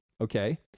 okay